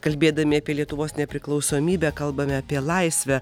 kalbėdami apie lietuvos nepriklausomybę kalbame apie laisvę